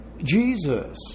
Jesus